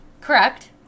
Correct